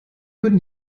würden